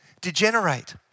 degenerate